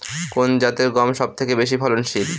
কোন জাতের গম সবথেকে বেশি ফলনশীল?